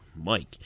Mike